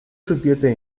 studierte